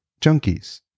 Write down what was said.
junkies